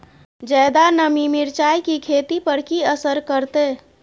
ज्यादा नमी मिर्चाय की खेती पर की असर करते?